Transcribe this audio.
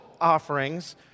offerings